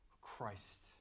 Christ